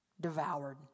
devoured